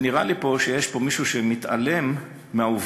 ונראה לי שיש פה מישהו שמתעלם מהעובדה